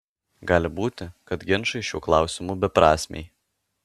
gali būti kad ginčai šiuo klausimu beprasmiai